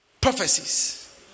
prophecies